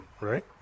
right